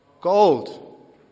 gold